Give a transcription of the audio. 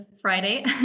Friday